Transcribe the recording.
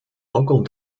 local